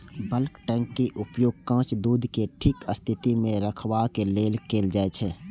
bulk tank के उपयोग कांच दूध कें ठीक स्थिति मे रखबाक लेल कैल जाइ छै